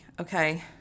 Okay